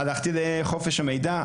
הלכתי לחופש המידע.